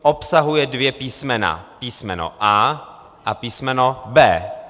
Obsahuje dvě písmena, písmeno a) a písmeno b).